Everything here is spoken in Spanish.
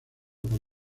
por